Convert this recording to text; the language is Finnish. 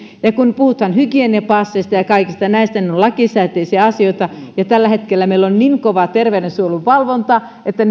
kun puhutaan hygieniapasseista ja kaikista näistä ne ovat lakisääteisiä asioita ja tällä hetkellä meillä on niin kova terveydensuojelun valvonta että